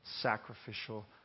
sacrificial